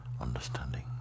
understanding